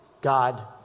God